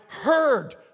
heard